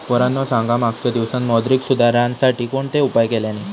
पोरांनो सांगा मागच्या दिवसांत मौद्रिक सुधारांसाठी कोणते उपाय केल्यानी?